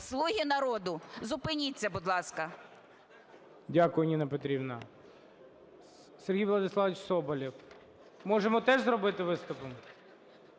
"Слуги народу", зупиніться, будь ласка. ГОЛОВУЮЧИЙ. Дякую, Ніна Петрівна. Сергій Владиславович Соболєв. Можемо теж зробити виступом.